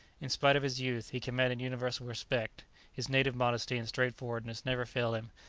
in spite of his youth, he commanded universal respect his native modesty and straightforwardness never failed him,